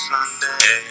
Sunday